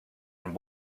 and